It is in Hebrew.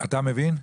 אתה מבין?